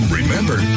remember